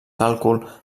càlcul